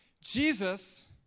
Jesus